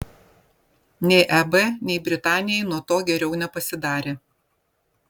nei eb nei britanijai nuo to geriau nepasidarė